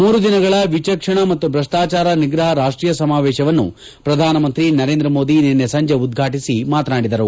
ಮೂರು ದಿನಗಳ ವಿಚಕ್ಷಣ ಮತ್ತು ಭ್ರಷ್ಟಾಚಾರ ನಿಗ್ರಹ ರಾಷ್ಟೀಯ ಸಮಾವೇಶವನ್ನು ಪ್ರಧಾನ ಮಂತ್ರಿ ನರೇಂದ್ರ ಮೋದಿ ನಿನ್ನೆ ಸಂಜೆ ಉದ್ಘಾಟಿಸಿ ಮಾತನಾಡಿದರು